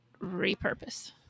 repurpose